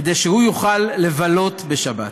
כדי שהם יוכלו לבלות בשבת.